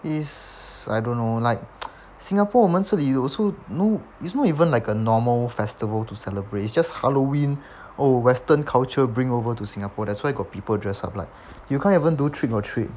it's I don't know like singapore 我们这里 also no it's not even like a normal festival to celebrate it's just halloween oh western culture bring over to singapore that's where got people dress up like you can't even do trick or treat